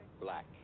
black